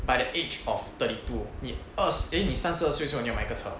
by the age of thirty two 你二十 eh 你三十二的时候你要买一个车